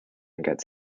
gets